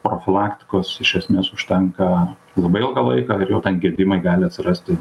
profilaktikos iš esmės užtenka labai ilgą laiką ir jau ten gedimai gali atsirasti